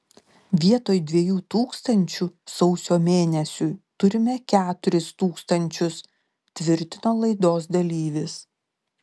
vietoj dviejų tūkstančių sausio mėnesiui turime keturis tūkstančius tvirtino laidos dalyvis